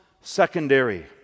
secondary